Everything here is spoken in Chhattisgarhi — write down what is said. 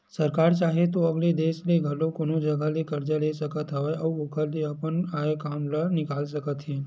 सरकार चाहे तो अलगे देस ले घलो कोनो जघा ले करजा ले सकत हवय अउ ओखर ले अपन आय काम ल निकाल सकत हे